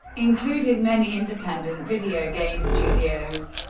including many independent video game studios.